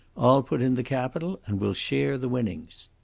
i'll put in the capital and we'll share the winnings.